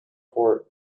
for